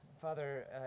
Father